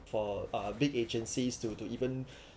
for a big agencies to to even